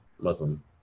Muslim